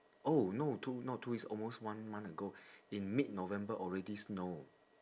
oh no two not two weeks almost one month ago in mid november already snow